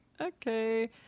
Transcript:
Okay